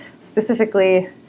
specifically